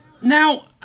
now